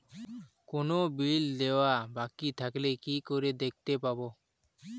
কোনো বিল দেওয়া বাকী থাকলে কি করে দেখতে পাবো?